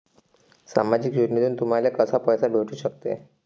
सामाजिक योजनेतून तुम्हाले कसा पैसा भेटू सकते?